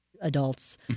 adults